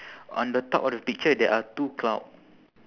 on the top of the picture there are two cloud